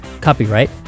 Copyright